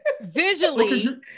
visually